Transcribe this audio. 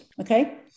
okay